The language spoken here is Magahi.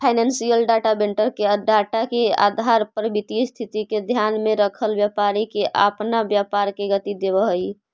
फाइनेंशियल डाटा वेंडर के डाटा के आधार पर वित्तीय स्थिति के ध्यान में रखल व्यापारी के अपना व्यापार के गति देवऽ हई